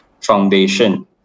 foundation